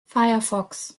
firefox